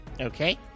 Okay